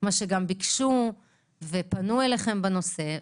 מה שגם ביקשו ופנו אליכם בנושא.